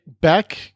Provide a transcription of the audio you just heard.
back